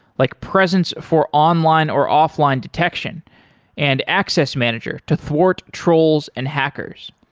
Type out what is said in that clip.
like presence for online or offline detection and access manager to thwart trolls and hackers.